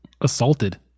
assaulted